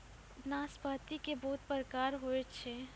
नाशपाती के बहुत प्रकार होय छै